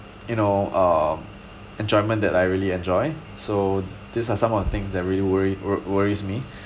you know um enjoyment that I really enjoy so these are some of the things that really worry w~ worries me